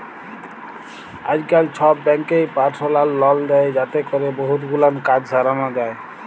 আইজকাল ছব ব্যাংকই পারসলাল লল দেই যাতে ক্যরে বহুত গুলান কাজ সরানো যায়